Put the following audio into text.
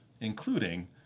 including